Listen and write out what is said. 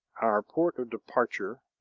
our port of departure,